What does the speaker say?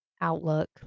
outlook